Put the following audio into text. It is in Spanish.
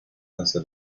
hacia